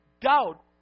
doubt